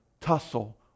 tussle